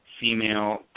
female